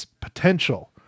potential